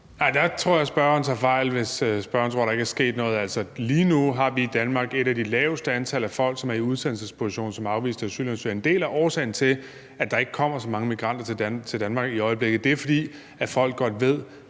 Der tror jeg, spørgeren tager fejl, hvis spørgeren tror, der ikke er sket noget. Altså, lige nu har vi i Danmark et af de laveste antal af folk, som er i udsendelsesposition som afviste asylansøgere. En del af årsagen til, at der ikke kommer så mange migranter til Danmark i øjeblikket, er, at folk godt ved,